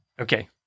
Okay